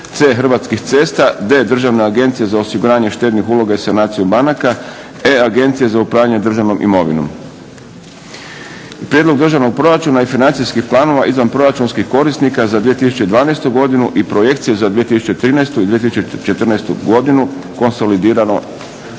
c/ Hrvatskih cesta d/ Državne agencije za osiguranje štednih uloga i sanaciju banaka e/ Agencije za upravljanje državnom imovinom, - Prijedlog Državnog proračuna i financijskih planova izvanproračunskih korisnika za 2012. godinu i projekcije za 2013. i 2014. godinu – konsolidirano,